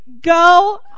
go